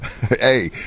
Hey